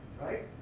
Right